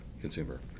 consumer